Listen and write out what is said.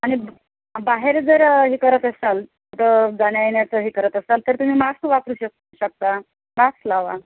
आणि ब बाहेर जर हे करत असाल जाण्यायेण्याचं हे करत असाल तर तुम्ही मास्क वापरू शक शकता मास्क लावा